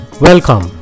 Welcome